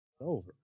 over